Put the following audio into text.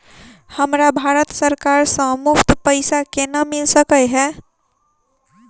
हमरा भारत सरकार सँ मुफ्त पैसा केना मिल सकै है?